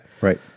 Right